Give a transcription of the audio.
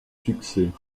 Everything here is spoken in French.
succès